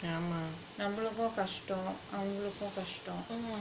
நம்மளுக்கும் கஷ்டம் அவங்களுக்கும் கஷ்டம்:nammalukkum kastam avangalukkum kastam